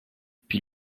puis